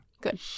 Good